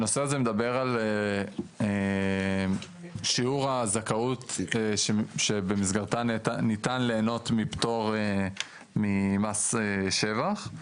הנושא הזה מדבר על שיעור הזכאות שבמסגרתה ניתן להנות מפטור ממס שבח.